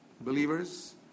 Believers